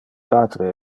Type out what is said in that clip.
patre